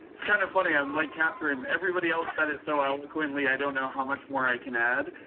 it's kind of funny. i'm like catherine, everybody else said it so eloquently, i don't know how much more i can add.